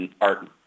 art